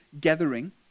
gathering